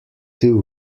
two